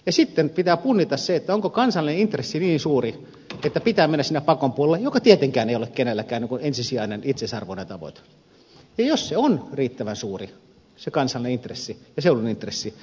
sitten pitää punnita se onko kansallinen intressi niin suuri että pitää mennä sinne pakon puolelle mikä tietenkään ei ole kenellekään ensisijainen itseisarvoinen tavoite ja jos se kansallinen ja seudun intressi on riittävän suuri niin sitten pitää mennä pakon puolelle